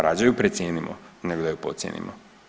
Rađe ju precijenimo nego da ju podcijenimo.